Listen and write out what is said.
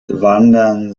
wandern